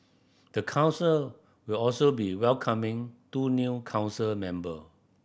the council will also be welcoming two new council member